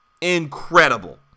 Incredible